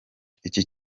iki